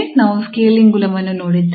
ನಾವು ಸ್ಕೇಲಿಂಗ್ ಗುಣವನ್ನು ನೋಡಿದ್ದೇವೆ